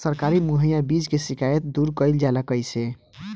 सरकारी मुहैया बीज के शिकायत दूर कईल जाला कईसे?